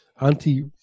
anti